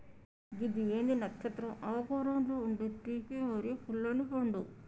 గిది ఏంది నచ్చత్రం ఆకారంలో ఉండే తీపి మరియు పుల్లనిపండు